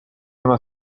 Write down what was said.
una